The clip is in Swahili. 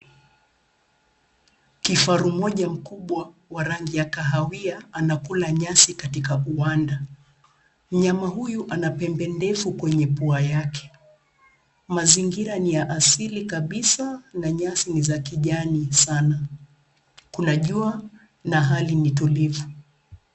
Kifaru moja mkubwa wa rangi ya kahawia anakula nyasi katika uwanda. Mnyama huyu ana pembe ndefu kwenye pua yake. Mazingira ni ya asili kabisa na nyasi ni za kijani sana. Kuna jua na hali ni tulivu.